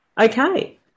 Okay